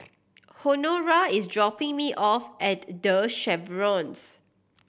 Honora is dropping me off at The Chevrons